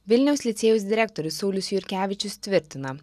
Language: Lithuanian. vilniaus licėjaus direktorius saulius jurkevičius tvirtina